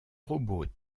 robot